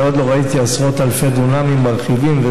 עוד לא ראיתי עשרות אלפי דונמים שמרחיבים,